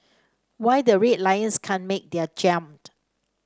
why the Red Lions can't make their jump